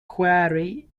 quarry